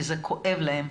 כי זה כואב להם,